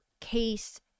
case